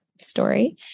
Story